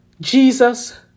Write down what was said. Jesus